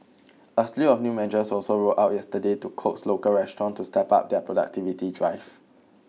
a slew of new measures were also rolled out yesterday to coax local restaurants to step up their productivity drive